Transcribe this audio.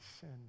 sin